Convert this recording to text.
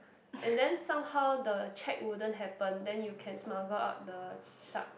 and then somehow the check wouldn't happen then you can smuggle out the shark